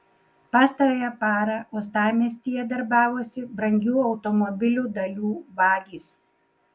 pastarąją parą uostamiestyje darbavosi brangių automobilių dalių vagys